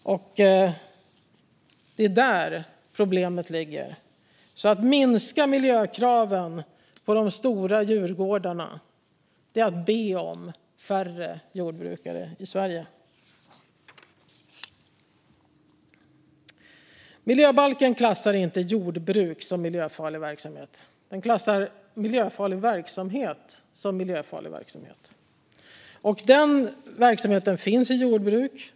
Det är där problemet ligger, så att minska miljökraven på de stora djurgårdarna är att be om färre jordbrukare i Sverige. Miljöbalken klassar inte jordbruk som miljöfarlig verksamhet. Den klassar miljöfarlig verksamhet som miljöfarlig verksamhet, och den verksamheten finns i jordbruk.